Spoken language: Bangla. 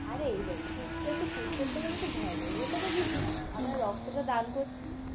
আরে এই রে সূচটা একটু পুষ করতে গেলে একটু ভয় হয় ওটা তো কিছুই না আমরা রক্তটা দান করছি